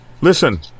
Listen